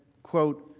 quote,